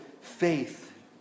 faith